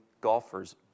golfers